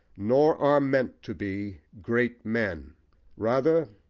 nor are meant to be, great men rather,